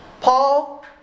Paul